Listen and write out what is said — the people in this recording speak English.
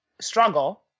struggle